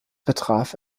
betraf